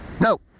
No